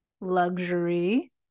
luxury